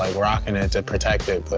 ah rockin' it to protect it,